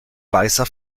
weißer